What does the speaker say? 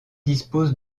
dispose